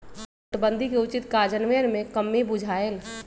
नोटबन्दि के उचित काजन्वयन में कम्मि बुझायल